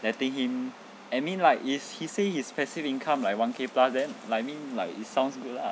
letting him I mean like is he say his is passive income like one K plus then like I mean like it sounds good lah